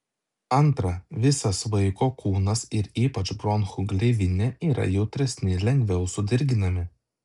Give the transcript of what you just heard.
antra visas vaiko kūnas ir ypač bronchų gleivinė yra jautresni lengviau sudirginami